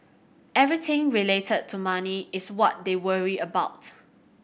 everything related to money is what they worry about